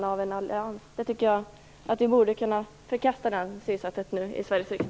Jag tycker att vi i Sveriges riksdag nu borde kunna förkasta det synsättet.